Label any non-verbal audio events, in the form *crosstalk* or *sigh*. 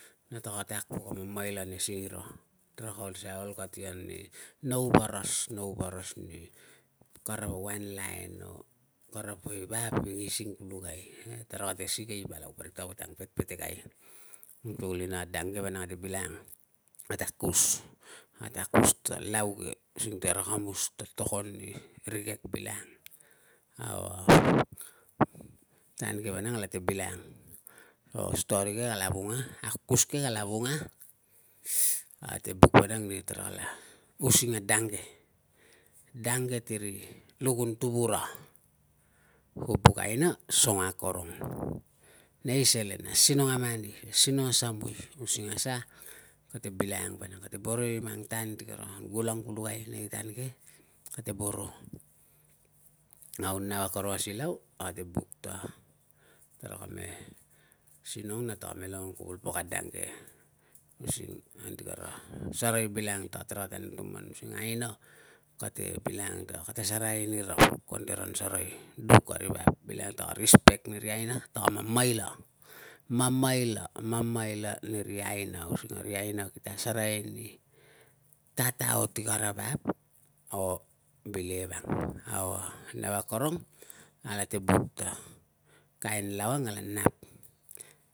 Na taka tak pok a mamaila ane singira. Tara ka ol si ol kati ani nau varas, nau varas, ni kara wan lain or kara poi vap ingising pulukai. E, tara kate sikei palau, parik tarapa angpepetekai. Tukulina, dang ke vanang kate bilangang. Ate akus, ate akus ta lau ke using tara kamus ta tokon ni rikek bilangang *noise* *hesitation* tan ke vanang kalate bilangang. A story ke kala vunga, akukus ke kala vunga. Ate buk vanang ni tarala using a dang ke. Dang ke tiri lukun tuvura, ku buk aina, songo akorong ia nei selen. Asinong a moni, asinong a samui, using asa kate bilangang vanang. Ate boro i mang tan ti kara gulang pulakai nei tan ke, kate boro. Au, nau akorong a silau, a kate buk ta tara ka me singong na taka me longong kuvul pok a dang ke, using an ti kara sarai bilangang ta tara kate anutuman, using a aina kate bilangang ta kate asereai nira puk anti karan sarai duk, ari vap. Bilangang ta respect niri aina, taka mamaila, mamaila, mamaila niri aina using ri aina kita asereai ni tataot i kara vap o bilei vang. Au, a nau akorong alate buk ta kain lau ang kala nap.